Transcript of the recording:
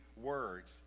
words